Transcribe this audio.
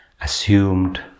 assumed